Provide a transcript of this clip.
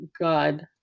God